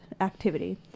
activity